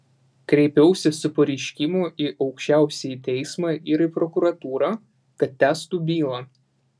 kreipiausi su pareiškimu į aukščiausiąjį teismą ir į prokuratūrą kad tęstų bylą